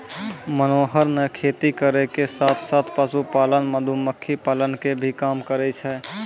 मनोहर नॅ खेती करै के साथॅ साथॅ, पशुपालन, मधुमक्खी पालन के भी काम करै छै